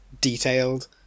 detailed